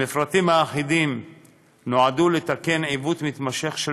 המפרטים האחידים נועדו לתקן עיוות מתמשך של